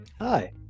Hi